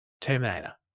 Terminator